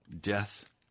death